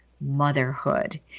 motherhood